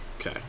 Okay